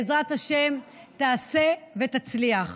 בעזרת השם, תעשה ותצליח.